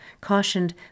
cautioned